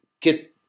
get